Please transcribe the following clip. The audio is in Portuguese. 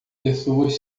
pessoas